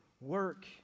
work